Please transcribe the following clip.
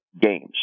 games